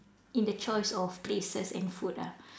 in the choice of places and food ah